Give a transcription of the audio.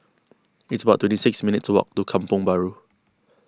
it's about twenty six minutes' walk to Kampong Bahru